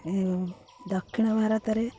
ଦକ୍ଷିଣ ଭାରତରେ